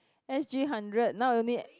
S_G hundred now only